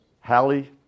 Hallie